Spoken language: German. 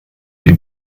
die